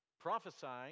prophesying